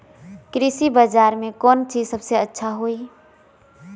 कृषि बजार में कौन चीज सबसे अच्छा होई?